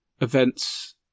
events